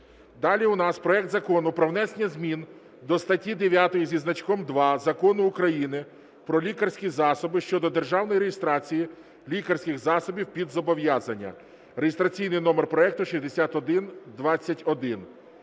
Далі у нас проект Закону про внесення змін до статті 9 зі значком 2 Закону України "Про лікарські засоби" щодо державної реєстрації лікарських засобів під зобов'язання (реєстраційний номер проекту 6121).